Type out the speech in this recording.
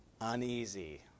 uneasy